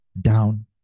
down